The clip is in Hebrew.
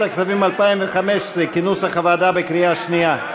הכספים 2015 כנוסח הוועדה בקריאה שנייה.